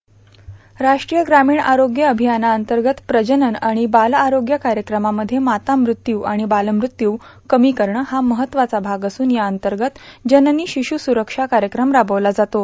intro राष्ट्रीय ग्रामीण आरोग्य अभियनाअंतर्गत प्रजनन आणि बाल आरोग्य कार्यक्रमामध्ये माता मृत्यू आणि बाल मृत्यू कमी करणं हा महत्वाचा भाग असून या अंतर्गत जननी शिश्र सुरक्षा कार्यक्रम राबविला जातो